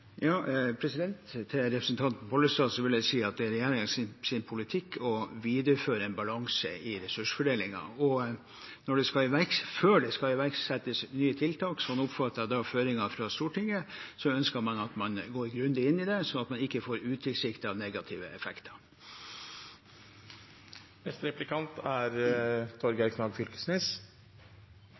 Til representanten Pollestad vil jeg si at det er regjeringens politikk å videreføre en balanse i ressursfordelingen. Før det skal iverksettes nye tiltak – slik oppfatter jeg føringen fra Stortinget – ønsker man at man går grundig inn i det, slik at man ikke får utilsiktede, negative effekter.